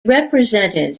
represented